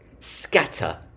Scatter